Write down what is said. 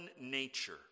nature